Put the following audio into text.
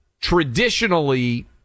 Traditionally